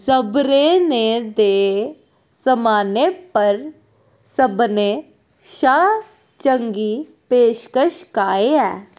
सवरनें दे समानै पर सभनें शा चंगी पेशकश काहे ऐ